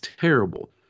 terrible